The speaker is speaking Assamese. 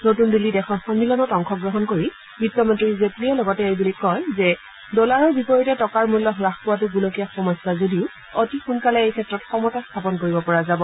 নতুন দিল্লীত এখন সম্মিলনত অংশগ্ৰহণ কৰি বিত্তমন্ত্ৰী জেটলীয়ে লগতে এই বুলি কয় ড'লাৰৰ বিপৰীতে টকাৰ মূল্য হাস পোৱাটো গোলকীয় সমস্যা যদিও অতি সোনকালে এই ক্ষেত্ৰত সমতা স্থাপন কৰিব পৰা যাব